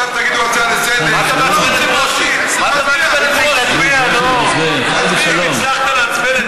בהצעה לסדר-היום: במקום שהמליאה עכשיו תצביע ותפיל את ההצעה ואז,